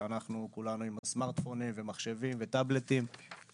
שאנחנו כולנו עם הסמארטפונים ומחשבים וטאבלטים,